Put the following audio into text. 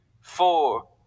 four